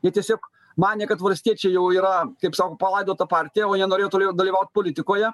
jie tiesiog manė kad valstiečiai jau yra kaip sako palaidota partija o jie norėjo toliau dalyvaut politikoje